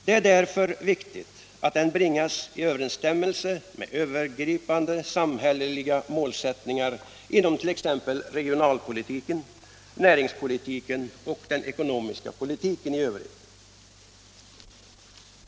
Det är därför viktigt att den bringas i överensstämmelse med övergripande samhälleliga målsättningar inom t.ex. regionalpolitiken, näringspolitiken och den ekonomiska politiken i övrigt.